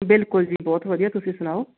ਬਿਲਕੁਲ ਜੀ ਬਹੁਤ ਵਧੀਆ ਤੁਸੀਂ ਸੁਣਾਓ